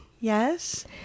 yes